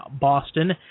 Boston